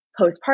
postpartum